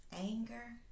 Anger